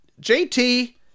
JT